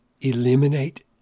eliminate